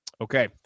Okay